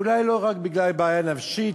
אולי לא רק בגלל בעיה נפשית,